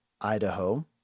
Idaho